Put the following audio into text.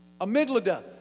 amygdala